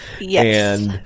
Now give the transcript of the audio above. Yes